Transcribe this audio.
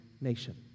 nation